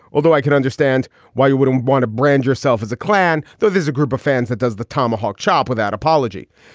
although i can understand why you wouldn't want to brand yourself as a clan, though. there's a group of fans that does the tomahawk chop without apology.